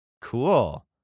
Cool